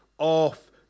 off